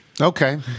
Okay